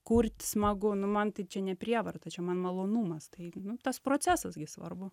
kurt smagu nu man tai čia ne prievarta čia man malonumas tai tas procesas gi svarbu